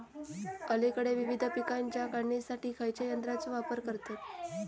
अलीकडे विविध पीकांच्या काढणीसाठी खयाच्या यंत्राचो वापर करतत?